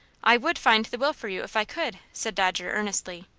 i would find the will for you if i could, said dodger, earnestly.